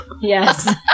Yes